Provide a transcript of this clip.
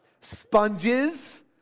sponges